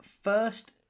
first